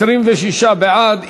26 בעד.